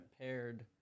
paired